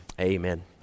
amen